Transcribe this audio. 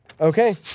Okay